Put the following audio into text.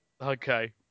Okay